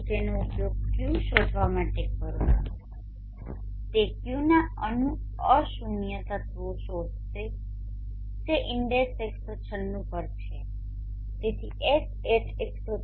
પછી તેનો ઉપયોગ q શોધવા માટે કરો તે qના અશુન્ય તત્વો શોધશે જે ઇન્ડેક્સ 196 પર છે તેથી Hat એ 4